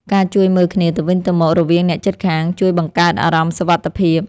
ការជួយមើលគ្នាទៅវិញទៅមករវាងអ្នកជិតខាង ជួយបង្កើតអារម្មណ៍សុវត្ថិភាព។